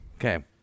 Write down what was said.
Okay